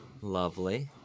Lovely